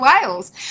Wales